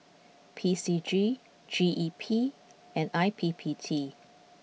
P C G G E P and I P P T